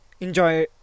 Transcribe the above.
enjoy